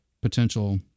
potential